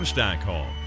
Stockholm